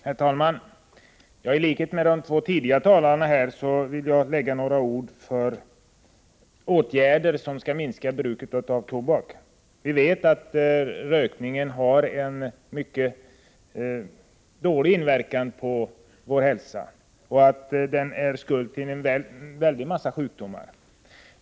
Herr talman! I likhet med de två tidigare talarna vill jag med några ord uttala mig för åtgärder som kan minska bruket av tobak. Vi vet att rökningen har en mycket dålig inverkan på vår hälsa och att den är skuld till en hel mängd sjukdomar.